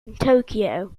tokyo